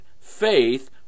Faith